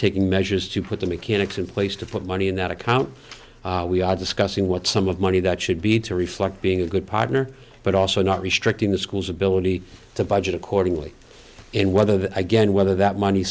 taking measures to put the mechanics in place to put money in that account we are discussing what sum of money that should be to reflect being a good partner but also not restricting the school's ability to budget accordingly and whether that again whether that money